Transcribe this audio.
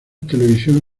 television